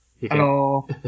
Hello